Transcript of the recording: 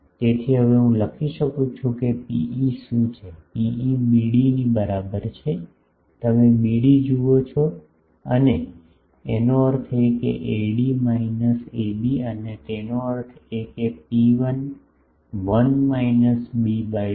તેથી હવે હું લખી શકું છું કે Pe શું હશે Pe બીડીની બરાબર છે તમે બીડી જુઓ છો અને એનો અર્થ એ કે એડી માઇનસ એબી અને તેનો અર્થ છે ρ1 1 માયનસ b બાય બી